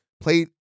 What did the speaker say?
played